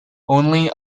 only